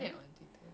okay